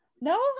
no